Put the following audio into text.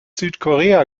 südkorea